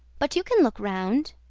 but you can look round.